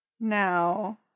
Now